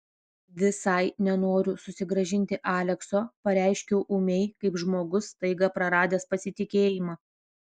visai nenoriu susigrąžinti alekso pareiškiau ūmiai kaip žmogus staiga praradęs pasitikėjimą